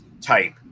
type